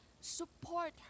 Support